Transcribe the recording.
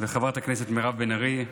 ולחברת הכנסת מירב בן ארי,